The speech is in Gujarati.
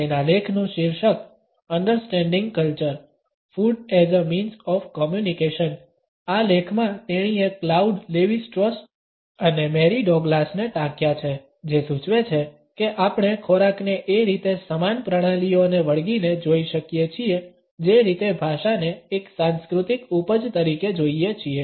તેના લેખનું શીર્ષક understanding culture food as a means of communication Understanding Culture Food as a Means of Communication આ લેખમાં તેણીએ ક્લાઉડ લેવી સ્ટ્રોસ અને મેરી ડોગ્લાસને ટાંક્યા છે જે સૂચવે છે કે આપણે ખોરાકને એ રીતે સમાન પ્રણાલીઓને વળગીને જોઈ શકીએ છીએ જે રીતે ભાષાને એક સાંસ્કૃતિક ઉપજ તરીકે જોઈએ છીએ